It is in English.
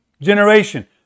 generation